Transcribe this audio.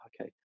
okay